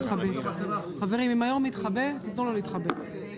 לפרוטוקול, התיקון הוא לא מ-7(ה) עד (יא),